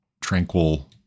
tranquil